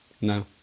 no